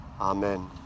Amen